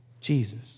Jesus